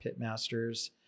pitmasters